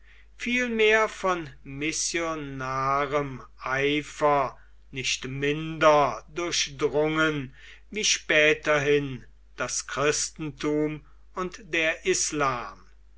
vielmehr von missionarem eifer nicht minder durchgedrungen wie späterhin das christentum und der islam